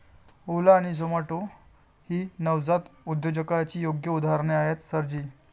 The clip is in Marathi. ओला आणि झोमाटो ही नवजात उद्योजकतेची योग्य उदाहरणे आहेत सर जी